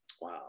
Wow